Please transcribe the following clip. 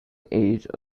age